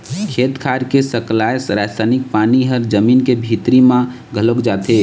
खेत खार के सकलाय रसायनिक पानी ह जमीन के भीतरी म घलोक जाथे